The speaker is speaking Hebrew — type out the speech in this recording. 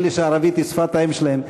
אלה שערבית היא שפת האם שלהם,